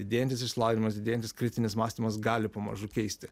didėjantis išsilavinimas didėjantis kritinis mąstymas gali pamažu keisti